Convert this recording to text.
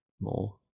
more